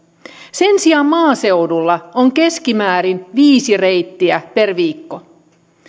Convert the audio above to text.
sen sijaan maaseudulla on keskimäärin viisi reittiä per viikko